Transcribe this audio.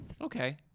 Okay